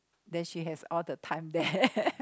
then she has all the time there